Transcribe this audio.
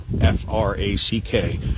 F-R-A-C-K